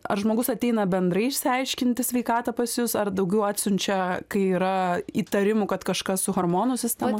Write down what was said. ar žmogus ateina bendrai išsiaiškinti sveikatą pas jus ar daugiau atsiunčia kai yra įtarimų kad kažkas su hormonų sistema